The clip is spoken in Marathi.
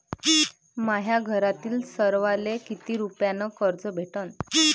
माह्या घरातील सर्वाले किती रुप्यान कर्ज भेटन?